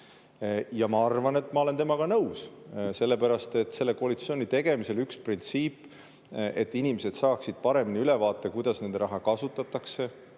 Ja ma arvan, et ma olen temaga nõus. Koalitsiooni tegemisel oli üks printsiip, et inimesed saaksid paremini ülevaate, kuidas nende raha kasutatakse,